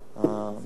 המקל,